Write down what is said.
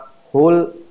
whole